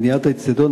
בניית האיצטדיון,